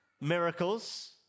miracles